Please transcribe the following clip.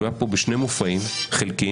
הוא היה כאן בשני מופעים חלקיים.